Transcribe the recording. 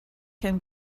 can